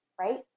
right